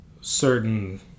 Certain